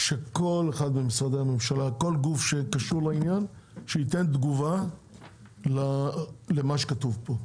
שכל אחד במשרדי הממשלה וכל גוף שקשור לעניין ייתן תגובה למה שכתוב פה.